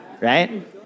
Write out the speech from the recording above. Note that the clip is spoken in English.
right